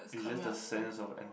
it's just the sense of en